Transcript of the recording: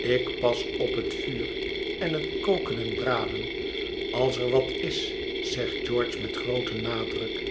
ik pas op het vuur en het koken en braden als er wat is zegt george met grooten nadruk